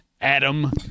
Adam